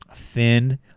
Thin